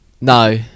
No